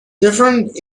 different